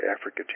Africa